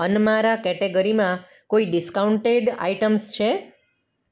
અનમારા કેટેગરીમાં કોઈ discounted items છે